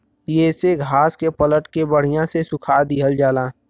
येसे घास के पलट के बड़िया से सुखा दिहल जाला